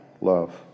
Love